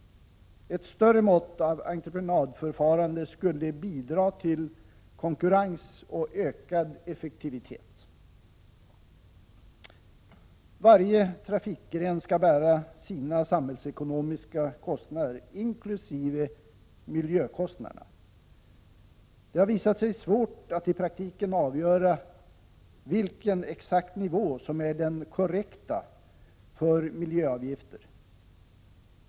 Ett större mått av entreprenadförfarande skulle bidra till konkurrens och ökad effektivitet. Varje trafikgren skall bära sina samhällsekonomiska kostnader, inkl. miljökostnader. Det har visat sig svårt att i praktiken avgöra exakt vilken nivå som är den korrekta för t.ex. miljöavgifter.